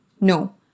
No